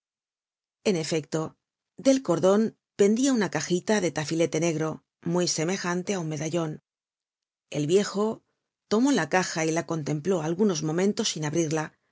en efecto del cordon pendia una cajita de tafilete negro muy semejante á un medallon el viejo tomó la caja y la contempló algunos momentos sin abrirla